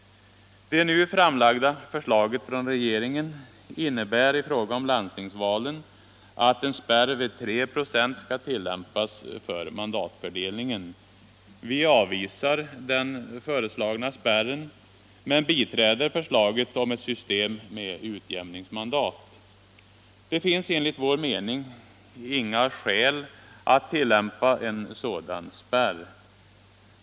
Det nu framlagda förslaget från regeringen innebär i fråga om landstingsvalen att en spärr vid 3 96 skall tillämpas för mandatfördelningen. Vi avvisar den föreslagna spärren men biträder förslaget om ett system med utjämningsmandat. Det finns enligt vår mening inga skäl att tillämpa en sådan spärr.